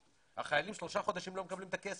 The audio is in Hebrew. מספטמבר, החיילים שלושה חודשים לא מקבלים את הכסף.